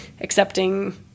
accepting